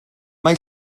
mae